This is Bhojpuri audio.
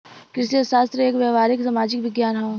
कृषि अर्थशास्त्र एक व्यावहारिक सामाजिक विज्ञान हौ